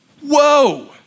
whoa